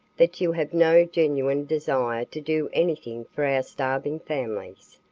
that you have no genuine desire to do anything for our starving families.